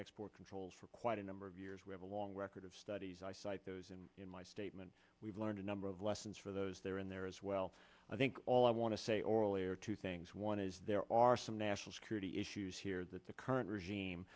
export controls for quite a number of years we have a long record of studies i cite those and in my statement we've learned a number of lessons for those that are in there as well i think all i want to say or earlier two things one is there are some national security issues here that the current regime